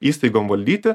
įstaigom valdyti